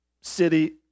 city